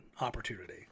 opportunity